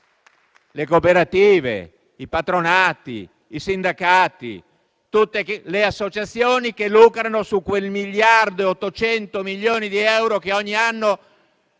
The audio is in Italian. le cooperative, i patronati, i sindacati, tutte che le associazioni che lucrano su quella cifra di 1,8 milioni di euro che ogni anno